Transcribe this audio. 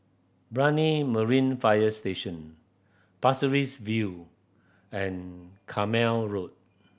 Brani Marine Fire Station Pasir Ris View and Carmichael Road